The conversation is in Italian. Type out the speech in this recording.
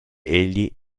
egli